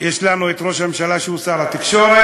יש לנו ראש הממשלה שהוא שר התקשורת,